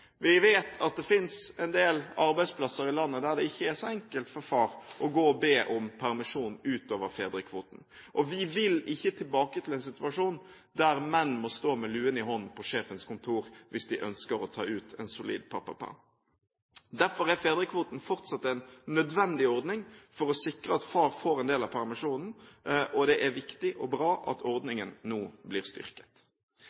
Vi vet at det finnes en del arbeidsplasser i landet der det ikke er så enkelt for far å gå og be om permisjon utover fedrekvoten. Vi vil ikke tilbake til en situasjon der menn må stå med lua i hånden på sjefens kontor hvis de ønsker å ta ut en solid pappaperm. Derfor er fedrekvoten fortsatt en nødvendig ordning for å sikre at far får en del av permisjonen, og det er viktig og bra at